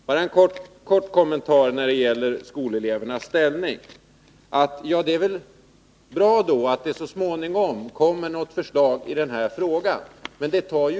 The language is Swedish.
Sedan bara en kort kommentar när det gäller skolelevernas ställning. Det är bra att det så småningom kommer att läggas fram ett förslag i den frågan, men det tar tid.